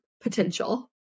potential